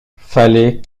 fallait